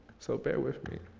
so bear with me